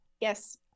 Yes